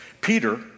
Peter